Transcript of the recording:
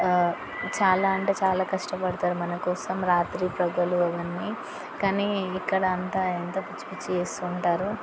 చాలా అంటే చాలా కష్టపడతారు మన కోసం రాత్రి పగలు అవన్నీ కానీ ఇక్కడ అంతా ఎంత పిచ్చి పిచ్చిగా చేస్తూ ఉంటారు